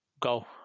go